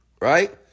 Right